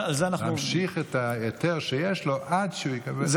להמשיך את ההיתר שיש לו עד שהוא יקבל,